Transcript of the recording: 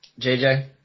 JJ